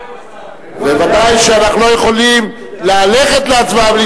ודאי שאנחנו לא יכולים ללכת להצבעה בלי